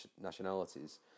nationalities